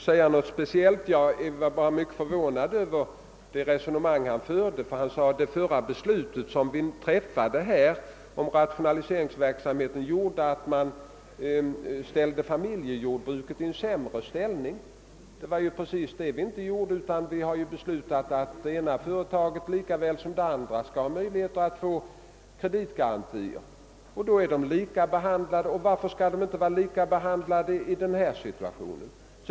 Jag var emeller tid mycket förvånad över hans resonemang, när han sade att riksdagens senaste beslut om rationaliseringsverksamheten ställde familjejordbruket i en sämre ställning. Det var inte alls så. Vi har i stället beslutat att den ena typen av jordbruksföretag skall ha lika stor möjlighet att få kreditgarantier som de andra. De är alltså lika behandlade, och varför skall de inte vara det också i denna situation?